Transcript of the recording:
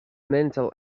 mental